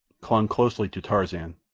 clung closely to tarzan,